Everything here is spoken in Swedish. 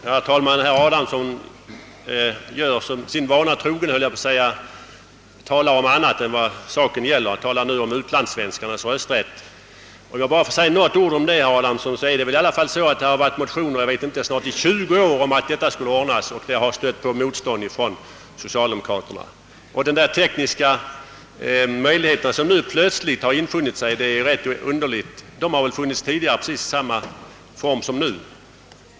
Herr talman! Herr Adamsson talar sin vana trogen en hel del om annat än vad saken gäller; han sysslar nu med utlandssvenskarnas rösträtt. Det har förelegat motioner, herr Adamsson, i snart tjugo år om att just denna fråga skulle ordnas, men det har stött på motstånd från socialdemokraterna. Att tekniska möjligheter nu plötsligt skulle ha infunnit sig är rätt underligt. De har väl funnits tidigare i precis samma form som nu.